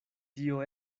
tio